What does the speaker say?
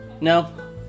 No